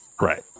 Right